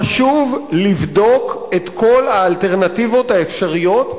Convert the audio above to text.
חשוב לבדוק את כל האלטרנטיבות האפשריות",